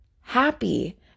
happy